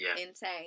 insane